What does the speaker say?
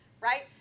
right